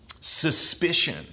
suspicion